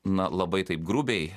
na labai taip grubiai